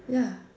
ya